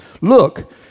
Look